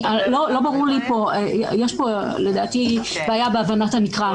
לדעתי יש פה בעיה בהבנת הנקרא.